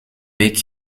week